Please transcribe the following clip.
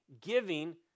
giving